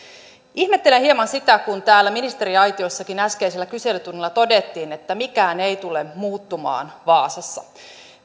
ihmettelen hieman sitä kun täällä ministeriaitiossakin äskeisellä kyselytunnilla todettiin että mikään ei tule muuttumaan vaasassa